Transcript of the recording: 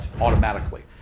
automatically